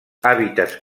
hàbitats